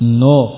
no